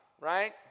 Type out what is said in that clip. right